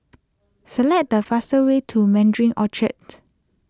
select the fastest way to Mandarin Orchard